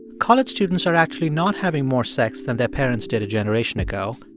college students are actually not having more sex than their parents did a generation ago.